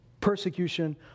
persecution